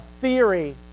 theory